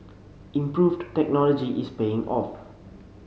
improved technology is paying off